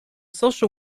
social